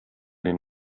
den